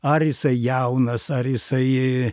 ar jisai jaunas ar jisai